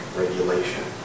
regulation